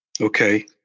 Okay